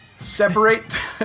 separate